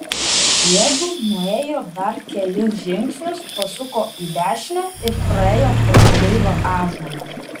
jiedu nuėjo dar kelis žingsnius pasuko į dešinę ir praėjo pro kreivą ąžuolą